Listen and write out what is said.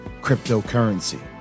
cryptocurrency